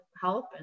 help